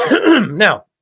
Now